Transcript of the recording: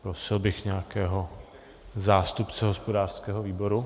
Prosil bych nějakého zástupce hospodářského výboru.